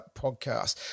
Podcast